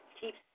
Keep